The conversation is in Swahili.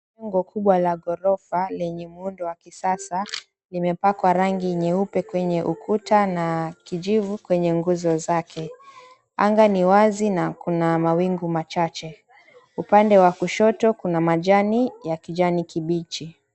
Jengo kubwa la ghorofa lenye muundo wa kisasa limepakwa rangi ya nyeupe kwenye ukuta na kijivu kwenye nguzo zake. Anga ni wazi na kuna mawingu machache. Upande wa kushoto kuna majani ya kijani kibichi.